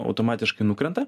automatiškai nukrenta